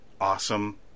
awesome